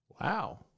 Wow